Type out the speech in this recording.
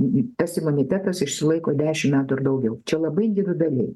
tas imunitetas išsilaiko dešimt metų ir daugiau čia labai individualiai